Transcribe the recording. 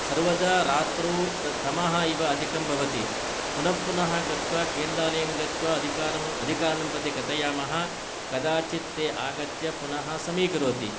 सर्वदा रात्रौ तत् धमः इव अधिकं भवति पुनः पुनः गत्वा केन्द्रालयं गत्वा अधिकारिणं प्रति कथयामः कदाचित् ते आगत्य पुनः समीकरोति